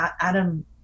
Adam